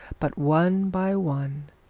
but one by one,